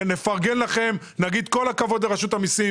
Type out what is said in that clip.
נפרגן לכם ונגיד: "כל הכבוד לרשות המסים,